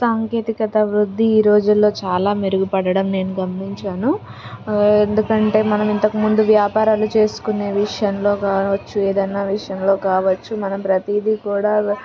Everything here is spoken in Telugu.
సాంకేతికత వృద్ధి ఈ రోజుల్లో చాలా మెరుగు పడడం నేను గమనించాను ఎందుకంటే మనం ఇంతకుముందు వ్యాపారాలు చేసుకునే విషయంలో కావచ్చు ఏదైనా విషయంలో కావచ్చు మనం ప్రతిదీ కూడా